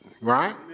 right